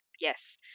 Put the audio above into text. Yes